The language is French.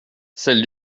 celle